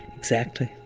exactly,